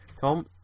Tom